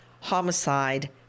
homicide